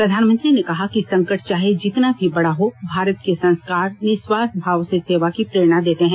प्रधानमंत्री ने कहा कि संकट चाहे जितना भी बड़ा हो भारत के संस्कार निःस्वार्थ भाव से सेवा की प्रेरणा देते हैं